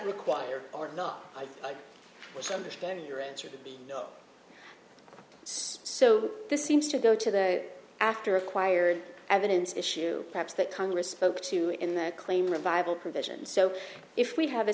required or not which i understand your answer be so this seems to go to the after acquired evidence issue perhaps that congress spoke to in that claim revival provision so if we have a